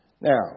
Now